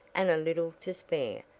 and a little to spare.